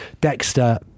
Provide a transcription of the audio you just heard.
Dexter